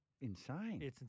insane